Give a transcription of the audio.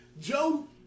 Joe